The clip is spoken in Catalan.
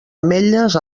ametlles